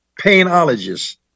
painologists